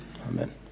amen